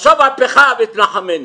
ישב אפך ותנחמני.